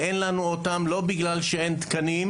ואין לנו אותם לא בגלל שאין תקנים,